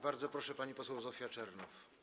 Bardzo proszę, pani poseł Zofia Czernow.